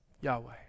Yahweh